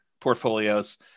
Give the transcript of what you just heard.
portfolios